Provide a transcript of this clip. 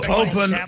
open